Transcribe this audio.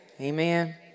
amen